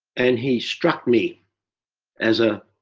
and, he struck me as a